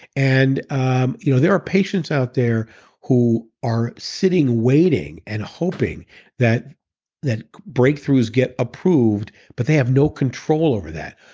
and um you know there are patients out there who are sitting, waiting and hoping that that breakthroughs get approved but they have no control over that.